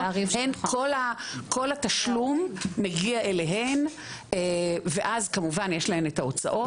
כל התשלום מגיע אליהן ואז כמובן יש להן את ההוצאות,